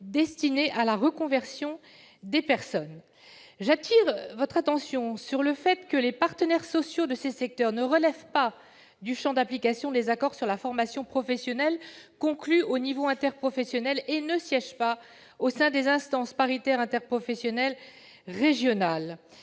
destinés à la reconversion des personnes concernées. J'attire votre attention sur le fait que ces partenaires sociaux ne relèvent pas du champ d'application des accords sur la formation professionnelle conclus à l'échelon interprofessionnel, et qu'ils ne siègent pas au sein des instances paritaires interprofessionnelles régionales.